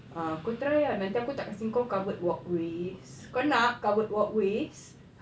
ah kau try ah nanti aku tak kasih kau covered walkways kau nak covered walkways